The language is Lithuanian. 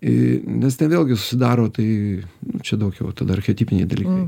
į nes ten vėlgi sudaro tai čia daug jau tada archetipiniai dalykai